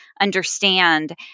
understand